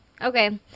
Okay